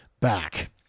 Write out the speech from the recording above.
back